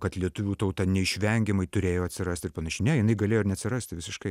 kad lietuvių tauta neišvengiamai turėjo atsirasti ir panašiai ne jinai galėjo ir neatsirasti visiškai